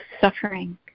suffering